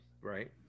right